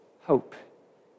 hope